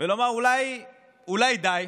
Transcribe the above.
ולומר: אולי די?